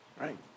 Right